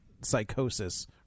psychosis